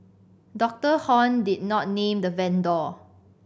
Dr Hon did not name the vendor